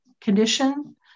condition